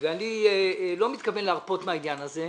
ואני לא מתכוון להרפות מהעניין הזה.